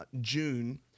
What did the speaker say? June